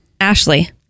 Ashley